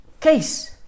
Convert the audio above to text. case